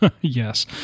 Yes